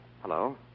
Hello